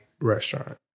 restaurant